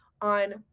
on